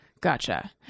Gotcha